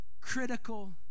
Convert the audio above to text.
critical